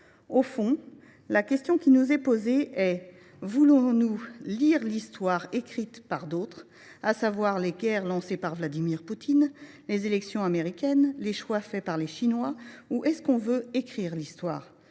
Au fond, la question qui nous est posée [est] : voulons nous lire l’histoire écrite par d’autres, [à savoir] les guerres lancées par Vladimir Poutine, les élections américaines, les choix faits par les Chinois […]? Ou est ce qu’on veut écrire l’histoire ?